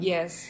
Yes